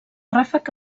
ràfec